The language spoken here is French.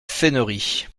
fènerie